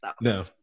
No